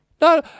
No